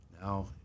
Now